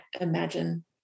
imagine